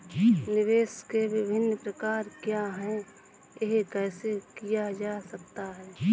निवेश के विभिन्न प्रकार क्या हैं यह कैसे किया जा सकता है?